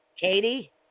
Katie